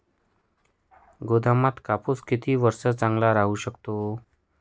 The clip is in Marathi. गोदामात कापूस किती वर्ष चांगला राहू शकतो?